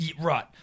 Right